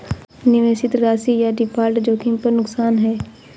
निवेशित राशि या डिफ़ॉल्ट जोखिम पर नुकसान है